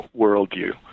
worldview